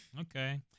Okay